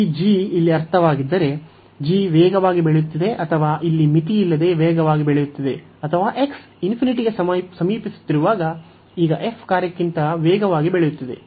ಈ g ಇಲ್ಲಿ ಅರ್ಥವಾಗಿದ್ದರೆ g ವೇಗವಾಗಿ ಬೆಳೆಯುತ್ತಿದೆ ಅಥವಾ ಇಲ್ಲಿ ಮಿತಿಯಿಲ್ಲದೆ ವೇಗವಾಗಿ ಬೆಳೆಯುತ್ತಿದೆ ಅಥವಾ x ∞ ಗೆ ಸಮೀಪಿಸುತ್ತಿರುವಾಗ ಈಗ f ಕಾರ್ಯಕ್ಕಿಂತ ವೇಗವಾಗಿ ಬೆಳೆಯುತ್ತಿದೆ